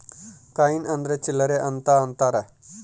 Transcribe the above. coin ಅಂದ್ರ ಚಿಲ್ಲರ್ ಅಂತ ಅಂತಾರ